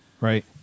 Right